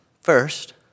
first